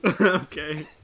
Okay